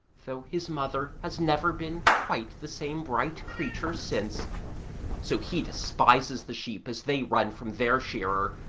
though his mother has never been quite the same bright creature since so he despises the sheep as they run from their shearer,